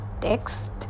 text